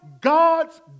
God's